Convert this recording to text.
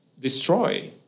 destroy